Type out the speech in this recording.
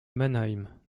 mannheim